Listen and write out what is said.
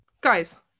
Guys